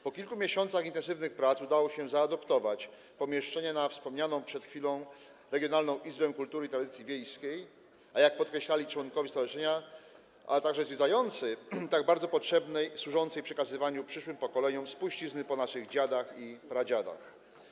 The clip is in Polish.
Po kilku miesiącach intensywnych prac udało się zaadaptować pomieszczenie na wspomnianą przed chwilą Regionalną Izbę Kultury i Tradycji Wiejskiej - jak podkreślali członkowie stowarzyszenia, a także zwiedzający - tak bardzo potrzebną, służącą przekazywaniu przyszłym pokoleniom spuścizny po naszych dziadach i pradziadach.